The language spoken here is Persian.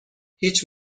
هیچ